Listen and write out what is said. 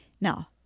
Now